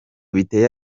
biteye